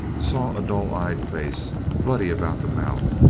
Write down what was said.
saw a dull-eyed face, bloody about the mouth,